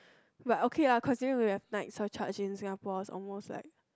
but okay lah considering we have night surcharge in Singapore it's almost like